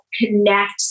connect